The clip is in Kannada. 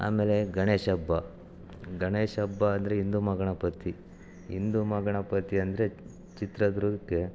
ಆಮೇಲೆ ಗಣೇಶ ಹಬ್ಬ ಗಣೇಶ ಹಬ್ಬ ಅಂದರೆ ಹಿಂದೂ ಮಹಾಗಣಪತಿ ಹಿಂದೂ ಮಹಾಗಣಪತಿ ಅಂದರೆ ಚಿತ್ರದುರ್ಗಕ್ಕೆ